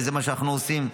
וזה מה שאנחנו עושים.